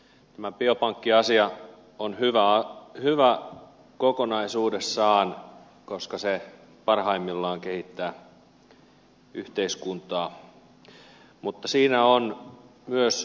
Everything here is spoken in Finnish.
tämä biopankkiasia on hyvä kokonaisuudessaan koska se parhaimmillaan kehittää yhteiskuntaa mutta siinä on myös riskinsä